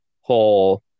whole